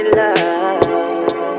love